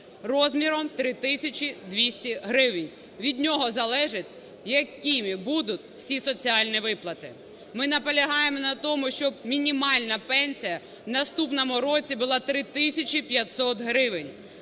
розміром 3 тисячі 200 гривень, від нього залежить, якими будуть всі соціальні виплати. Ми наполягаємо на тому, щоб мінімальна пенсія в наступному році була 3 тисячі 500 гривень.